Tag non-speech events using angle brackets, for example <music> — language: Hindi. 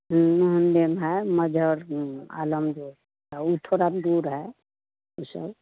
<unintelligible> है मझर आलम जो उ थोड़ा यह दूर है उ सब